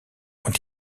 ont